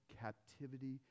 captivity